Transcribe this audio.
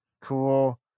cool